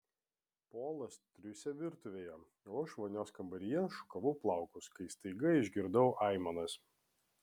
polas triūsė virtuvėje o aš vonios kambaryje šukavau plaukus kai staiga išgirdau aimanas